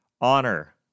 honor